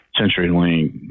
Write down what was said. CenturyLink